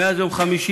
מאז יום חמישי.